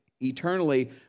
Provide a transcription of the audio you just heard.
eternally